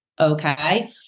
Okay